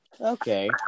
Okay